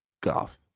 Golf